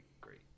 great